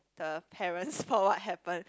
the parents for what happened